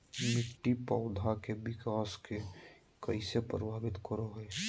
मिट्टी पौधा के विकास के कइसे प्रभावित करो हइ?